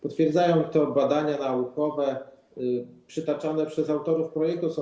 Potwierdzają to badania naukowe przytaczane przez autorów projektu ustawy.